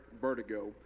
vertigo